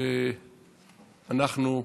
אנחנו,